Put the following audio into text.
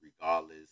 regardless